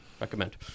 Recommend